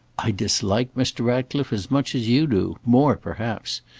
i dislike mr. ratcliffe as much as you do more perhaps.